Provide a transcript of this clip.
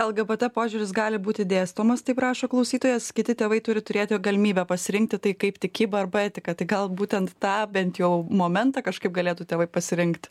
lgbt požiūris gali būti dėstomas taip rašo klausytojas kiti tėvai turi turėti galimybę pasirinkti tai kaip tikybą arba etiką tai gal būtent tą bent jau momentą kažkaip galėtų tėvai pasirinkt